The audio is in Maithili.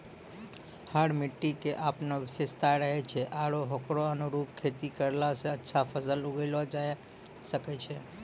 हर मिट्टी के आपनो विशेषता रहै छै आरो होकरो अनुरूप खेती करला स अच्छा फसल उगैलो जायलॅ सकै छो